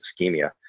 ischemia